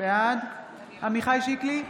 בעד עמיחי שיקלי,